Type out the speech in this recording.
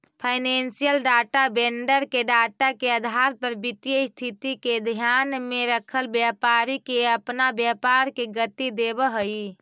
financial data vendor के data के आधार पर वित्तीय स्थिति के ध्यान में रखल व्यापारी के अपना व्यापार के गति देवऽ हई